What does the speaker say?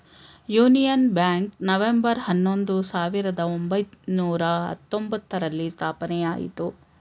union Bank November ಹನ್ನೊಂದು, ಸಾವಿರದ ಒಂಬೈನೂರ ಹತ್ತೊಂಬ್ತರಲ್ಲಿ ಸ್ಥಾಪನೆಯಾಯಿತು